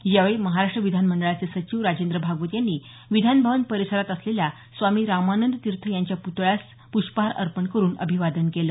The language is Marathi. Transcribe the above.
यावेळी महाराष्ट्र विधानमंडळाचे सचिव राजेन्द्र भागवत यांनी विधानभवन परिसरात असलेल्या स्वामी रामानंद तीर्थ यांच्या पुतळ्यास अर्पण करुन अभिवादन केले